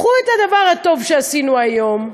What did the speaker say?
קחו את הדבר הטוב שעשינו היום,